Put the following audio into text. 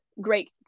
great